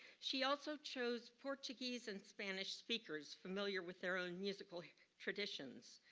she also chose portuguese and spanish speakers familiar with their own musical traditions.